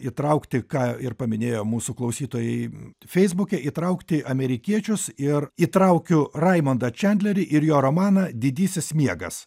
įtraukti ką ir paminėjo mūsų klausytojai feisbuke įtraukti amerikiečius ir įtraukiu raimundą čandlerį ir jo romaną didysis miegas